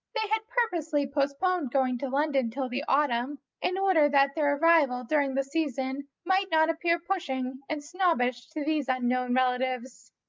they had purposely postponed going to london till the autumn in order that their arrival during the season might not appear pushing and snobbish to these unknown relatives.